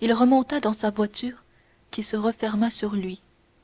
il remonta dans sa voiture qui se referma sur lui